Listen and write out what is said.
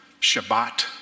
Shabbat